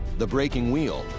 the breaking wheel,